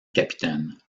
capitaines